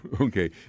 Okay